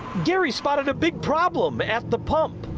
gary spotted a big problem at the pump.